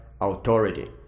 authority